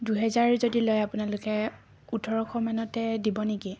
দুহেজাৰ যদি লয় আপোনালোকে ওঠৰশ মানতে দিব নেকি